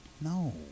No